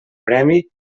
premi